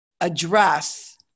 address